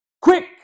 quick